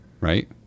right